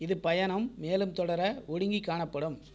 இது பயணம் மேலும் தொடர ஒடுங்கி காணப்படும்